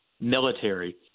Military